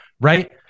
Right